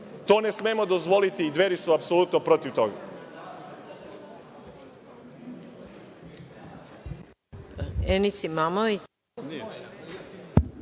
To ne smemo dozvoliti i Dveri su apsolutno protiv toga.